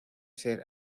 ser